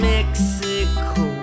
Mexico